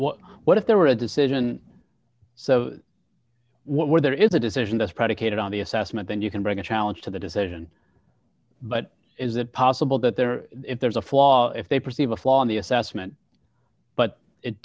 what what if there were a decision so where there is a decision that's predicated on the assessment then you can bring a challenge to the decision but is it possible that there if there's a flaw if they perceive a flaw in the assessment but it